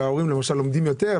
שההורים לומדים יותר,